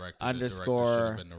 underscore